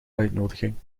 uitnodiging